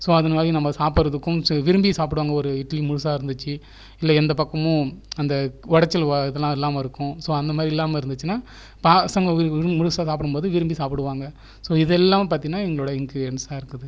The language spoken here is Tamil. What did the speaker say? ஸோ அது சாப்பிடுகிறதுக்கும் விரும்பி சாப்பிடுவாங்க ஒரு இட்லி முழுசாக இருந்துச்சு இல்லை எந்த பக்கமும் அந்த உடச்சல் இதெல்லாம் இல்லாமல் இருக்கும் ஸோ அந்த மாதிரி இல்லாமல் இருந்துச்சுன்னால் பசங்கள் முழுசாக சாப்பிடும்போது விரும்பி சாப்பிடுவாங்க ஸோ இதெல்லாம் பார்த்தீங்கன்னா இதனுடைய இன்கிரிடியன்ஸ்சாக இருக்குது